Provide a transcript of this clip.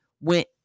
went